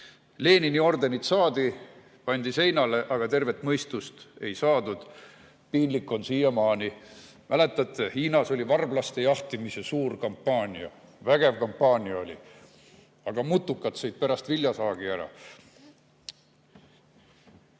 Lenini orden saadi, pandi seinale, aga tervet mõistust ei saadud. Piinlik on siiamaani. Mäletate, Hiinas oli varblaste jahtimise suur kampaania? Vägev kampaania oli, aga mutukad sõid pärast viljasaagi ära.